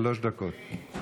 שלוש דקות.